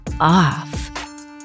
off